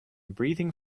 breathing